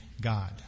God